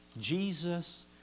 Jesus